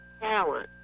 talent